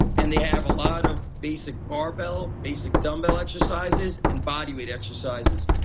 and they have a lot of basic bar bell, basic dumb bell exercises and body weight exercises.